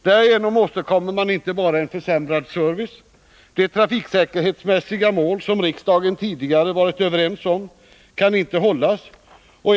Därigenom åstadkommer man inte bara en försämrad service, utan de trafiksäkerhetsmässiga mål som riksdagen tidigare varit överens om kan inte heller hållas.